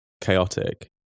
chaotic